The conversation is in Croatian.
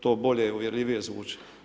To bolje i uvjerljivije zvuči.